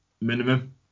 minimum